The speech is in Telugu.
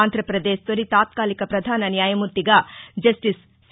ఆంధ్రప్రదేశ్ తొలి తాత్కాలిక ప్రధాన న్యాయమూర్తిగా జస్టిస్ సి